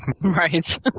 Right